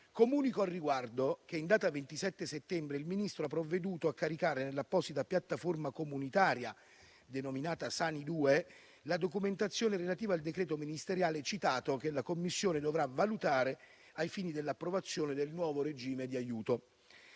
Comunico al riguardo che, in data 27 settembre, il Ministro ha provveduto a caricare nell'apposita piattaforma comunitaria denominata SANI 2 la documentazione relativa al decreto ministeriale citato, che la Commissione dovrà valutare ai fini dell'approvazione del nuovo regime di aiuto.